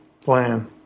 plan